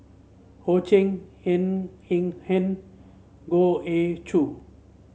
Ho Ching Ng Eng Hen Goh Ee Choo